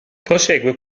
prosegue